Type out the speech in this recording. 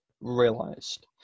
realized